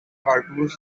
cartoons